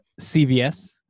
CVS